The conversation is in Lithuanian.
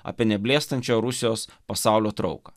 apie neblėstančią rusijos pasaulio trauką